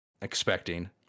expecting